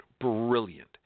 Brilliant